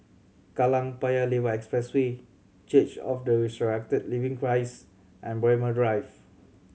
Kallang Paya Lebar Expressway Church of the Resurrected Living Christ and Braemar Drive